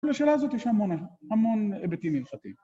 ‫ולשאלה הזאת יש המון היבטים הלכתיים.